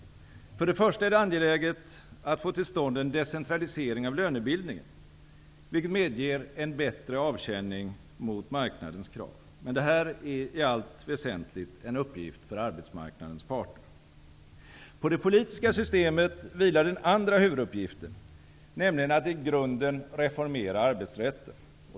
Först och främst är det angeläget att få till stånd en decentralisering av lönebildningen, vilket medger en bättre avkänning mot marknadens krav. Detta är i allt väsentligt en uppgift för arbetsmarknadens parter. På det politiska systemet vilar den andra huvuduppgiften, nämligen att i grunden reformera arbetsrätten.